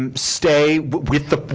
um stay with the,